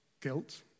guilt